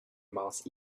miles